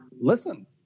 Listen